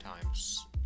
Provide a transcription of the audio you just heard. times